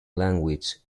language